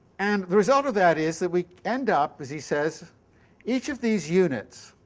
and the result of that is that we end up as he says each of these units,